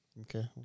Okay